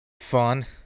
fun